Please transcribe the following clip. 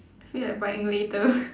feel like buying later